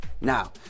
Now